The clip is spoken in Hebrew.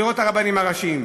לראות את הרבנים הראשיים.